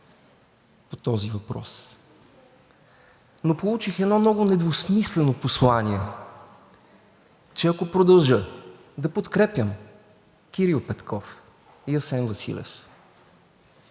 по този въпрос, но получих едно много недвусмислено послание, че ако продължа да подкрепям Кирил Петков и Асен Василев,